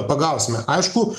pagausime aišku